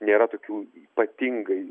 nėra tokių ypatingai